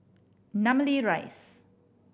Namly Rise